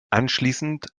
anschließend